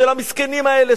של המסכנים האלה,